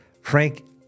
Frank